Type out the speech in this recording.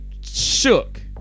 shook